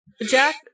Jack